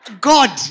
God